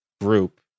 group